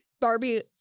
Barbie